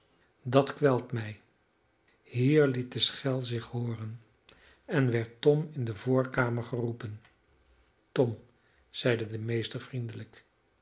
dat kwelt mij hier liet de schel zich hooren en werd tom in de voorkamer geroepen tom zeide zijn meester vriendelijk